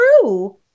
true